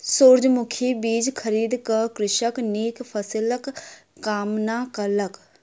सूरजमुखी बीज खरीद क कृषक नीक फसिलक कामना कयलक